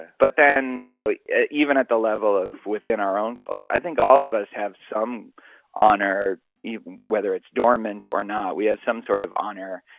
but then you know even at the level of within our own culture, i think all of us have some honor whether it's dormant or not. we have some sort of honor